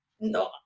No